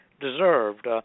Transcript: deserved